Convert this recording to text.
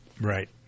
Right